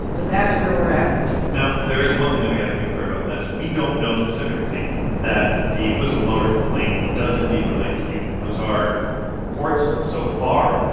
but that's where we're at now, there is one thing that we have to be clear about, and that is we don't know specifically that the whistleblower complaint does indeed relate to ukraine. those are reports so far.